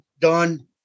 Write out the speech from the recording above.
done